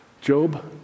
Job